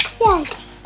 Yes